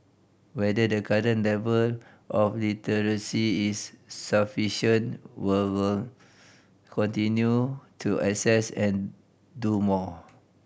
whether the current level of literacy is sufficient will were continue to assess and do more